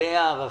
מלאי הערכה.